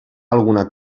alguna